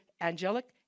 angelic